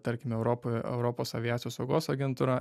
tarkime europoje europos aviacijos saugos agentūra